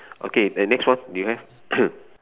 okay then next one do you have